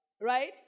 Right